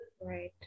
Right